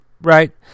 right